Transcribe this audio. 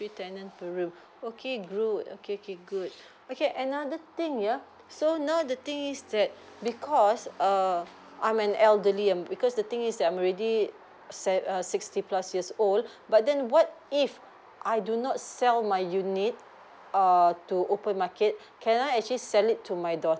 three tenant per room okay group okay okay good okay another thing yeah so now the thing is that because err I'm an elderly um because the thing is I'm already sev~ err sixty plus years old but then what if I do not sell my unit err to open market can I actually sell it to my daughter